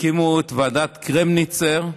הקימו את ועדת קרמניצר,